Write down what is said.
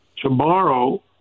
Tomorrow